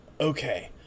Okay